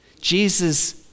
Jesus